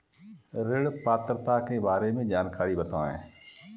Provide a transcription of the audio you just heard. ऋण पात्रता के बारे में जानकारी बताएँ?